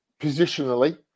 positionally